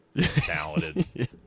talented